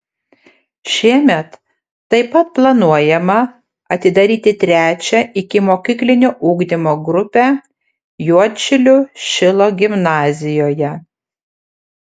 šiemet taip pat planuojama atidaryti trečią ikimokyklinio ugdymo grupę juodšilių šilo gimnazijoje